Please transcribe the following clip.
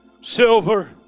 silver